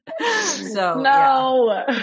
No